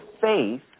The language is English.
faith